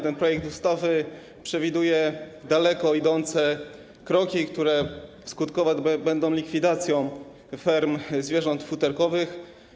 Ten projekt ustawy przewiduje daleko idące kroki, które skutkować będą likwidacją ferm zwierząt futerkowych.